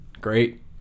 great